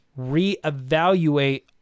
reevaluate